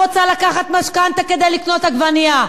אני לא רוצה לקחת משכנתה כדי לקנות עגבנייה.